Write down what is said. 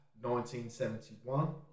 1971